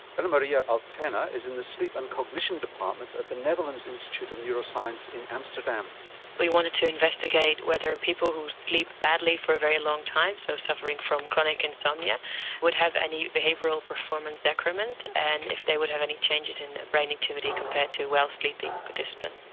and but yeah altena is in the sleep and cognition department at the netherlands institute of neuroscience in amsterdam we wanted to investigate whether people who sleep badly for a very long time, so suffering from chronic insomnia would have any behavioural performance decrement and if they would have any changes in their brain activity compared to well sleeping participants.